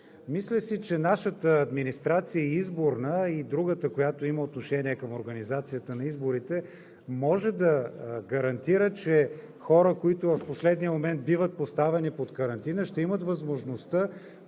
Мисля си, че нашата изборна администрация, а и другата, която има отношение към организацията на изборите, може да гарантира, че хора, които в последния момент биват поставени под карантина, ще имат възможността